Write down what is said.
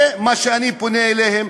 זה מה שאני פונה אליהם.